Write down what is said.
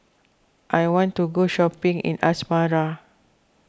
I want to go shopping in Asmara